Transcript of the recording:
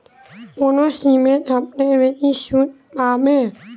কোন স্কিমে সবচেয়ে বেশি সুদ পাব?